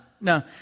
No